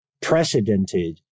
precedented